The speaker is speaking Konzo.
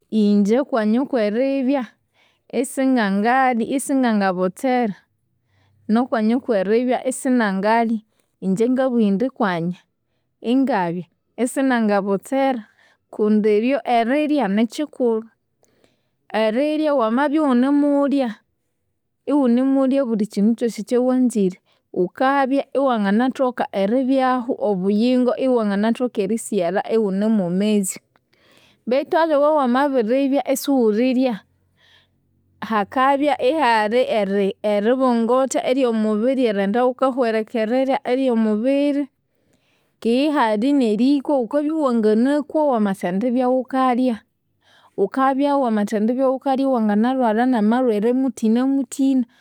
Inje okwanya okweribya isingangabotsera, nokwanya kweribya isingangalya, inje ngabugha indi kwanya ingabya isinangabotsera kundi iryo erirya nikyikulhu. Eririrya wamabya ighunimulya, ighunimulya obulikyindu kyosi ekyawanzire, ghukabya iwanganathoka eribyahu obuyingo iwanganathoka erisighalha ighune mwemezi. Betu aliwe wamabiribya isighulirya, hakabya ihali eri- eribongotha eryomubiri, erighenda ghukahwerekerera eryomubiri, keghe ihali nerikwa, ghukabya iwangakwa wamathendibya ghukalya. Ghukabya wamathendibya ghukalya iwanganalhwalha namalhwere muthinamuthina.